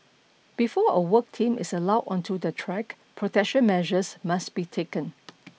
before a work team is allowed onto the track protection measures must be taken